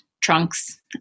trunks